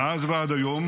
מאז ועד היום,